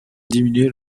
diminuer